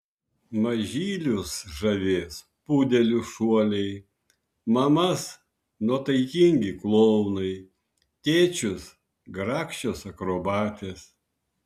mažylius žavės pudelių šuoliai mamas nuotaikingi klounai tėčius grakščios akrobatės